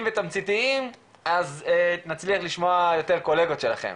ותמציתיים נצליח לשמוע יותר קולגות שלכם,